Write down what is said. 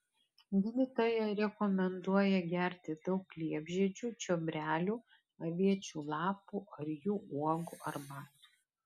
gydytoja rekomenduoja gerti daug liepžiedžių čiobrelių aviečių lapų ar jų uogų arbatų